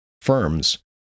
firms